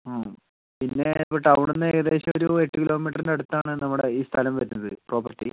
മ് പിന്നെ ടൗണിൽ നിന്ന് ഏകദേശം ഒരു എട്ട് കിലോമീറ്ററിൻ്റെ അടുത്താണ് നമ്മുടെ ഈ സ്ഥലം വരുന്നത് പ്രോപ്പർട്ടി